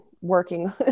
working